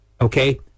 Okay